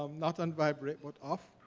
um not on vibrate, but off.